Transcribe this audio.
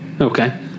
Okay